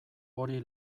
hori